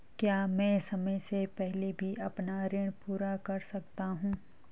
क्या मैं समय से पहले भी अपना ऋण पूरा कर सकता हूँ?